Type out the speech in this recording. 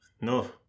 No